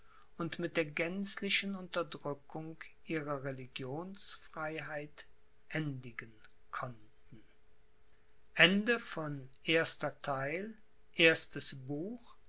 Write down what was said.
und mit der gänzlichen unterdrückung ihrer religionsfreiheit endigen konnten